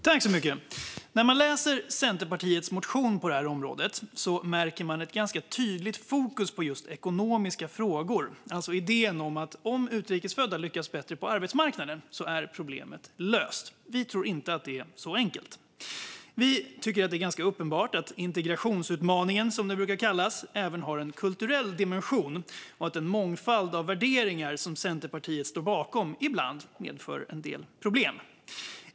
Fru talman! När man läser Centerpartiets motion på det här området märker man ett ganska tydligt fokus på ekonomiska frågor, alltså idén att om utrikesfödda lyckas bättre på arbetsmarknaden är problemet löst. Vi tror inte att det är så enkelt. Vi tycker att det är ganska uppenbart att integrationsutmaningen, som den brukar kallas, även har en kulturell dimension och att den mångfald av värderingar som Centerpartiet står bakom ibland medför en del problem.